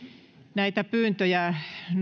näitä pyyntöjä